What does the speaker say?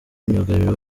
myugariro